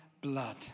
blood